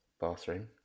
bathroom